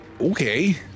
Okay